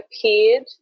appeared